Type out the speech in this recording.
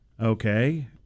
okay